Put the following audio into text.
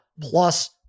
plus